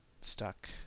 stuck